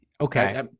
Okay